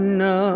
no